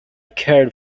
cared